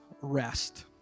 rest